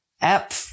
app